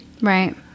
Right